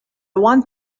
want